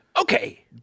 Okay